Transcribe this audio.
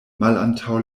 malantaŭ